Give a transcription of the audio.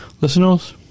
listeners